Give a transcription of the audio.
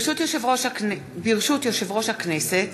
ברשות יושב-ראש הכנסת,